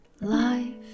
Life